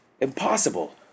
Impossible